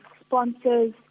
sponsors